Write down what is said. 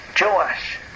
Joash